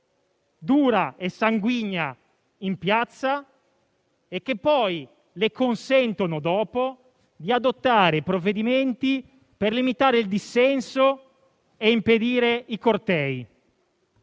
dura e sanguigna in piazza e che le consentono, dopo, di adottare i provvedimenti per limitare il dissenso e impedire i cortei.